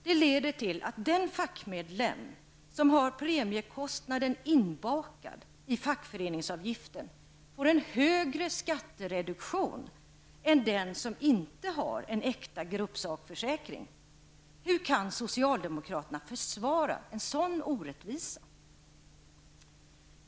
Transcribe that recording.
Det leder till att den fackmedlem som har premiekostnaden inbakad i fackföreningsavgiften får en högre skattereduktion än den som inte har en äkta gruppsakförsäkring. Hur kan socialdemokraterna försvara en sådan orättvisa?